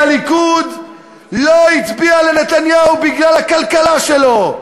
אף אחד מ-980,000 המצביעים של הליכוד לא הצביע לנתניהו בגלל הכלכלה שלו,